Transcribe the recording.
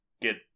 get